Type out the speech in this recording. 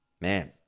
Man